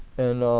and